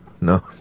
No